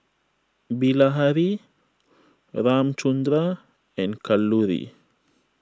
Bilahari Ramchundra and Kalluri